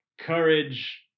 courage